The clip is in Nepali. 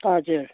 हजुर